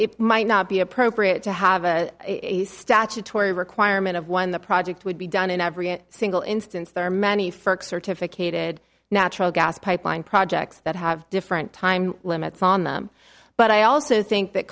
it might not be appropriate to have a statutory requirement of one the project would be done in every single instance there are many for certificate id natural gas pipeline projects that have different time limits on them but i also think that